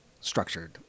structured